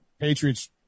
Patriots